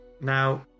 Now